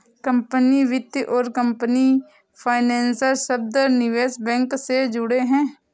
company वित्त और company financer शब्द निवेश बैंक से जुड़े हैं